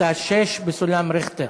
אתה 6 בסולם ריכטר.